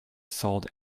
sold